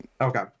Okay